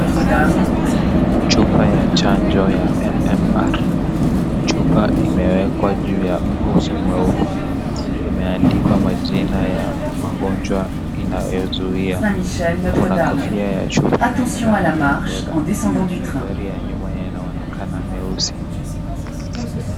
Chupa ya chanjo ya MMR, chupa imewekwa juu ya uso mweupe imeandikwa majina ya magonjwa inayozuia kuna kofia ya chupa yenye rangi ya fedha, mandhari ya nyuma yanaonekana meusi.